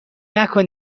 نکن